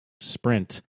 sprint